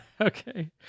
Okay